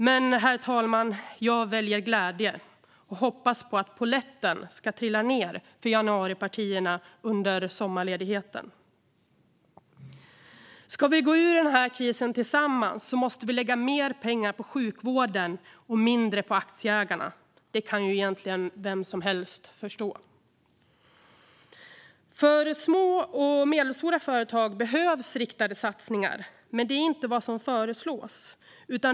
Men, herr talman, jag väljer glädje och hoppas på att polletten ska trilla ned för januaripartierna under sommarledigheten. Ska vi gå ur den här krisen tillsammans måste vi lägga mer pengar på sjukvården och mindre på aktieägarna. Det kan egentligen vem som helst förstå. För små och medelstora företag behövs riktade satsningar, men det är inte vad som föreslås.